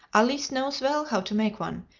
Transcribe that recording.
alice knows well how to make one,